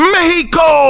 Mexico